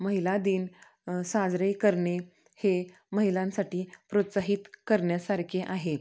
महिला दिन साजरे करणे हे महिलांसाठी प्रोत्साहित करण्यासारखे आहे